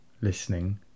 listening